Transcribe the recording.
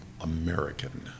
American